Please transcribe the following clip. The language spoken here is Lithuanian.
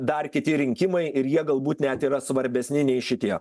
dar kiti rinkimai ir jie galbūt net yra svarbesni nei šitie